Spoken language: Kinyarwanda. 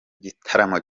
gitaramo